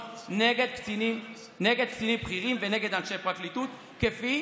נגד קצינים בכירים ונגד אנשי פרקליטות כפי